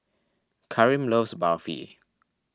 Karim loves Barfi